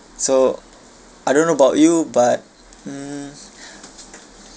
so I don't know about you but mm